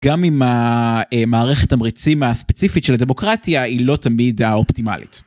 גם אם המערכת תמריצים הספציפית של הדמוקרטיה היא לא תמיד האופטימלית.